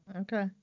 Okay